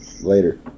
Later